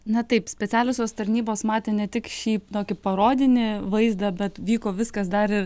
na taip specialiosios tarnybos matė ne tik šį tokį parodinį vaizdą bet vyko viskas dar ir